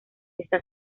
está